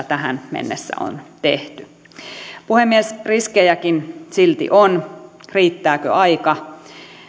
tähän mennessä on tehty puhemies riskejäkin silti on riittääkö aika